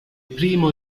primo